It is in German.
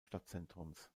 stadtzentrums